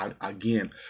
again